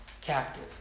captive